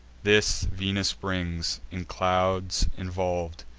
this venus brings, in clouds involv'd,